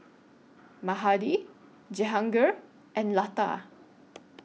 Mahade Jehangirr and Lata